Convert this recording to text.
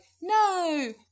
no